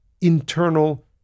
internal